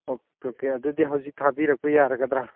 okay okay ꯑꯗꯨꯗꯤ ꯍꯧꯖꯤꯛ ꯊꯥꯕꯤꯔꯛꯄ ꯌꯥꯔꯒꯗ꯭ꯔꯥ